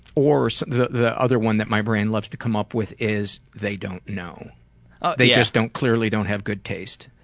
or so the the other one that my brain loves to come up with is they don't know, or they just clearly don't have good taste.